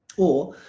or,